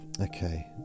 Okay